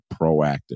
proactive